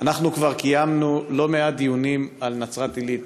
אנחנו כבר קיימנו לא מעט דיונים על נצרת-עילית,